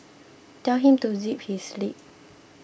tell him to zip his lip